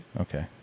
Okay